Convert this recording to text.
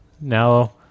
Now